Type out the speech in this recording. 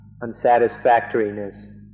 unsatisfactoriness